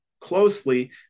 closely